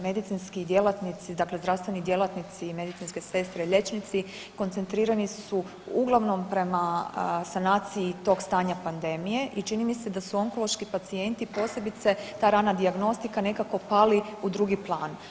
Medicinski djelatnici, dakle zdravstveni djelatnici i medicinske sestre liječnici koncentrirani su uglavnom prema sanaciji tog stanja pandemije i čini mi se da su onkološki pacijenti posebice ta rana dijagnostika nekako pali u drugi plan.